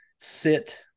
sit